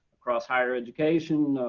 across higher education,